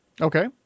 Okay